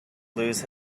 lose